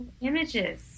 images